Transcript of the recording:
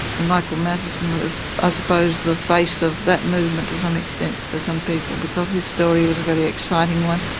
and michael matteson was i suppose the face of that movement to some extent for some people because his story was a very exciting one.